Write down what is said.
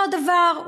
אותו הדבר,